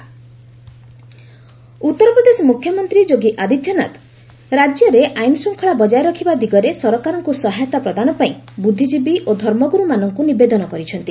UP CM CAA Uttar Pradesh ମ୍ରଖ୍ୟମନ୍ତ୍ରୀ ଯୋଗୀ ଆଦିତ୍ୟନାଥ ରାଜ୍ୟରେ ଆଇନ ଶୃଙ୍ଖଳା ବଜାୟ ରଖିବା ଦିଗରେ ସରକାରଙ୍କୁ ସହାୟତା ପ୍ରଦାନ ପାଇଁ ବୁଦ୍ଧିକୀବୀ ଓ ଧର୍ମଗୁରୁମାନଙ୍କୁ ନିବେଦନ କରିଛନ୍ତି